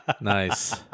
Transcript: nice